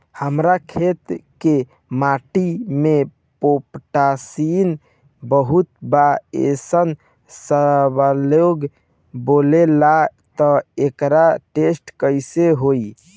हमार खेत के माटी मे पोटासियम बहुत बा ऐसन सबलोग बोलेला त एकर टेस्ट कैसे होई?